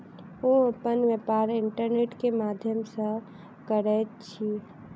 ओ अपन व्यापार इंटरनेट के माध्यम से करैत छथि